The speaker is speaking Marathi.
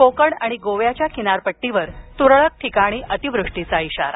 कोकण आणि गोव्याच्या किनारपट्टीवर तुरळक ठिकाणी अतिवृष्टीचा इशारा